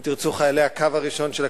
אם תרצו חיילי הקו הראשון של הכלכלה,